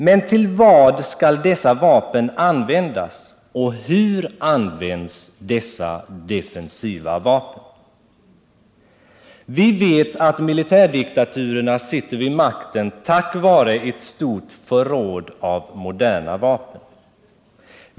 Men till vad skall dessa defensiva vapen användas och hur används de? Vi vet att militärdiktaturerna sitter vid makten tack vare ett stort förråd av moderna vapen.